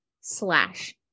slash